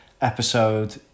episode